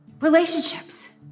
Relationships